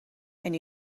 and